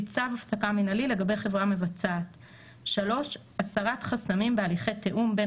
צו הפסקה מינהלי לגבי חברה מבצעת; (3)הסרת חסמים בהליכי תיאום בין